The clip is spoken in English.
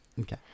Okay